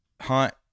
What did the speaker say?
hunt